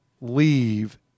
leave